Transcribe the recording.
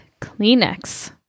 Kleenex